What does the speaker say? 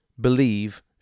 believe